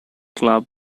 club